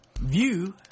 view